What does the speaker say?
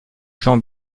jean